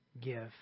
give